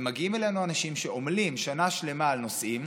ומגיעים אלינו אנשים שעמלים שנה שלמה על נושאים,